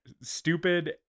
stupid